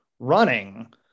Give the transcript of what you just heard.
running